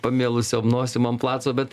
pamėlusiom nosim ant placo bet